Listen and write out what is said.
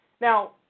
Now